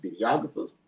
videographers